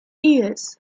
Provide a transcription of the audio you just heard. ears